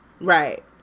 right